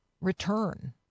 return